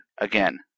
again